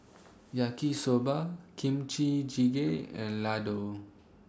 Yaki Soba Kimchi Jjigae and Ladoo